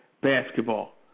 basketball